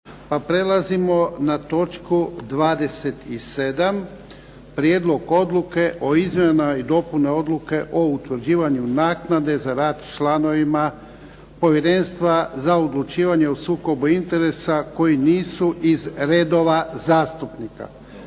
prelazimo na točku 27. - Prijedlog odluke o izmjenama i dopunama Odluke o utvrđivanju naknade za rad članovima Povjerenstva za odlučivanje o sukobu interesa koji nisu iz reda zastupnika